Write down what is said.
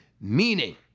Meaning